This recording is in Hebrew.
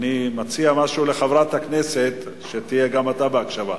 אני מציע משהו לחברת הכנסת, תהיה גם אתה בהקשבה.